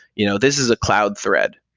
you know this is a cloud thread,